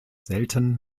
selten